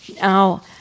Now